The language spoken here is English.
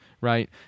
right